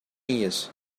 years